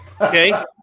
Okay